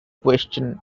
question